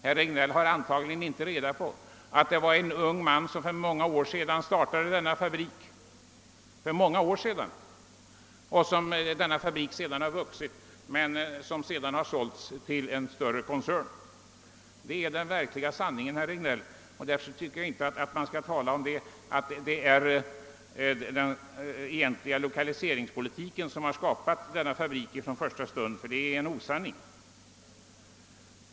Herr Regnéll har tydligen inte reda på att denna fabrik startades för många år sedan av en ung man, att den därefter vuxit och sedermera försålts till en större koncern. Det är den verkliga sanningen, herr Regnéll, och därför tycker jag inte att man skall påstå att denna fabrik från första stund skapats med hjälp av vår lokaliseringspolitik, eftersom detta är en osanning.